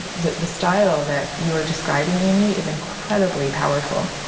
the the style that you're describing, amy, is incredibly powerful.